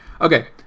Okay